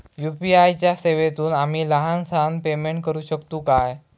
UPI च्या सेवेतून आम्ही लहान सहान पेमेंट करू शकतू काय?